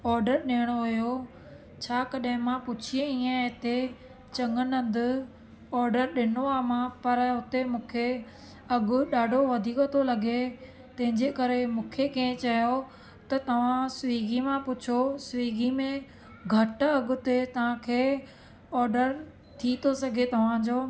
order ॾियणो हुओ छा कॾहिं मां पुछी आई आहियां हिते चङनि हंधि ऑडर ॾिनो आहे मां पर हुते मूंखे अघु ॾाढो वधीक थो लॻे तंहिंजे करे मूंखे कंहिं चयो त तव्हां स्विगी मां पुछो स्विगी में घटि अघु ते तव्हांखे ऑडर थी थो सघे तव्हांजो